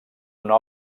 una